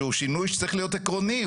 שהוא שינוי שצריך להיות עקרוני.